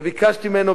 וביקשתי ממנו,